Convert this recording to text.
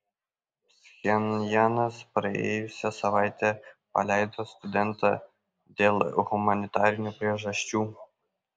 pchenjanas praėjusią savaitę paleido studentą dėl humanitarinių priežasčių